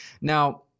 Now